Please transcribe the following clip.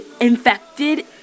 infected